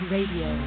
Radio